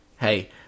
hey